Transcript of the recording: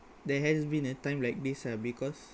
there has been a time like this ah because